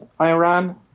Iran